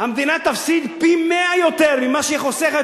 המדינה תפסיד פי-מאה ממה שהיא חוסכת